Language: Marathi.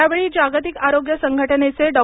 यावेळी जागतिक आरोग्य संघटनेचे डॉ